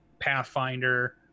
pathfinder